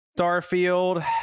Starfield